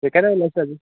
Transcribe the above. সেইকাৰণে ওলাইছো আজি